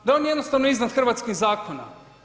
Da je on jednostavno iznad hrvatskih zakona?